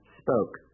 spoke